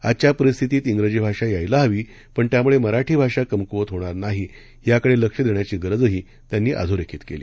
आजच्या परिस्थितीत इंग्रजी भाषा यायला हवी पण त्यामुळे मराठी भाषा कमकुवत होणार नाही याकडे लक्ष देण्याची गरजही त्यांनी अधोरेखित केली